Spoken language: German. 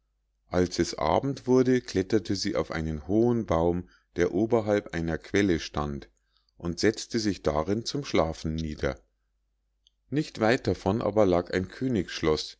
als es abend wurde kletterte sie auf einen hohen baum der oberhalb einer quelle stand und setzte sich darin zum schlafen nieder nicht weit davon aber lag ein